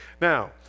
Now